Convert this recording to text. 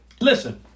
Listen